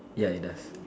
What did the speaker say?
ya it does